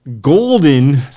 golden